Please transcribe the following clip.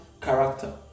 Character